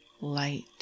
light